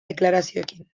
deklarazioekin